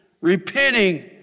repenting